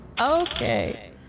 Okay